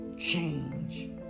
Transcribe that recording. change